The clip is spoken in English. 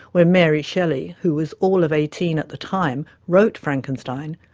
when mary shelley, who was all of eighteen at the time, wrote frankenstein,